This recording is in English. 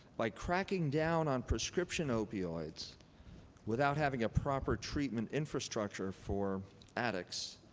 by cracking down on prescription opioids without having a proper treatment infrastructure for addicts,